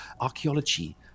archaeology